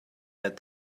that